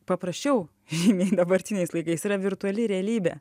paprasčiau žymiai dabartiniais laikais yra virtuali realybė